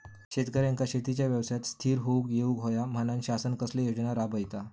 शेतकऱ्यांका शेतीच्या व्यवसायात स्थिर होवुक येऊक होया म्हणान शासन कसले योजना राबयता?